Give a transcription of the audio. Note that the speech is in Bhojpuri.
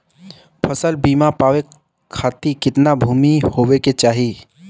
फ़सल बीमा पावे खाती कितना भूमि होवे के चाही?